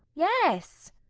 yes.